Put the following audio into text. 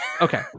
okay